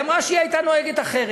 היא אמרה שהיא הייתה נוהגת אחרת,